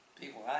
People